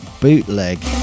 Bootleg